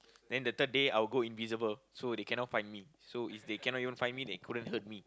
then the third day I will go invisible so they cannot find me so if they cannot even find me they couldn't hurt me